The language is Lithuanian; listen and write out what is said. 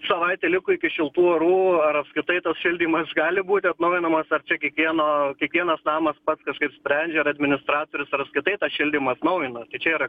savaitė liko iki šiltų orų ar apskritai tas šildymas gali būti atnaujinamas ar čia kiekvieno kiekvienas namas pats kažkaip sprendžia ar administratorius ar apskritai tą šildymą atnaujina tai čia yra